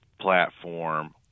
platform